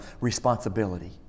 responsibility